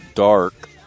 dark